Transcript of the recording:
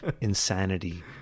insanity